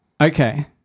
Okay